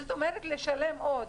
זאת אומרת, לשלם עוד.